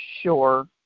Sure